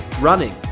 running